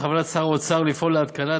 בכוונת שר האוצר לפעול להתקנת